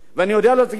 ואני יודע להגיד לך,